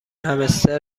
همستر